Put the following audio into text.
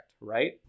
Right